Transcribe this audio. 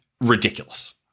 ridiculous